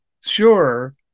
sure